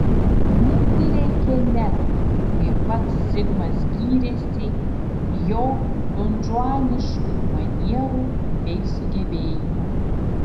neprireikė net kaip pats zigmas gyrėsi jo donžuaniškų manierų bei sugebėjimų